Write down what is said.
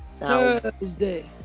Thursday